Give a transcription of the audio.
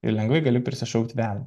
ir lengvai gali prisišaukti velnią